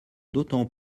d’autant